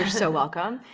so welcome.